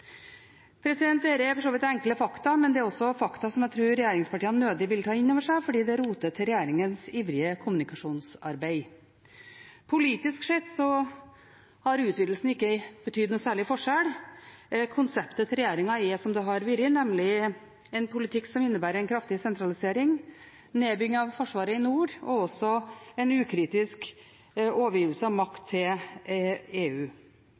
er for så vidt enkle fakta, men det er også fakta som jeg tror regjeringspartiene nødig vil ta inn over seg, fordi det roter til regjeringens ivrige kommunikasjonsarbeid. Politisk sett har utvidelsen ikke betydd noen særlig forskjell. Konseptet til regjeringen er som det har vært, nemlig en politikk som innebærer en kraftig sentralisering, nedbygging av Forsvaret i nord og også en ukritisk overgivelse av makt til EU,